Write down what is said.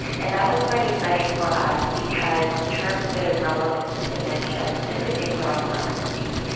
and that was quite exciting for us because in terms of relevance to dementia, in particular alzheimer's disease,